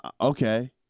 okay